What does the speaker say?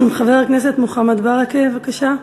חבר הכנסת מוחמד ברכה, בבקשה.